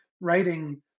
writing